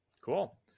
Cool